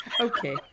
Okay